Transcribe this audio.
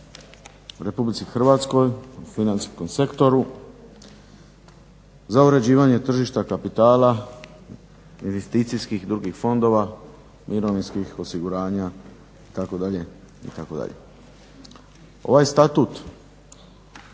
agencija u RH u financijskom sektoru za uređivanje tržišta kapitala, investicijskih i drugih fondova, mirovinskih osiguranja itd. Ovaj Statut